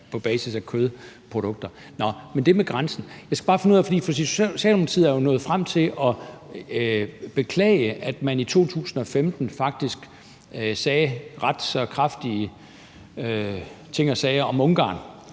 på basis af kød. Nå, men om det med grænsen skal jeg bare lige finde ud, hvor De Radikale står nu, for Socialdemokratiet er jo nået frem til at beklage, at man i 2015 faktisk sagde ret så kraftige ting og sager om Ungarn,